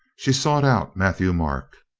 she sought out matthieu-marc.